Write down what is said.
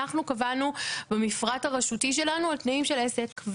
אנחנו קבענו במפרט הרשותי שלנו על תנאים של עסק.